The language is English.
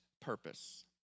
purpose